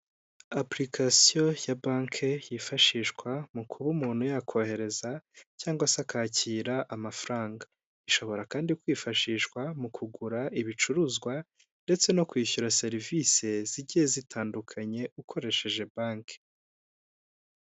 Apurikasiyo ya banki yifashishwa mu kuba umuntu yakohereza cyangwa se akakira amafaranga, ishobora kandi kwifashishwa mu kugura ibicuruzwa ndetse no kwishyura serivisi zigiye zitandukanye ukoresheje banki.